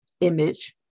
image